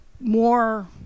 more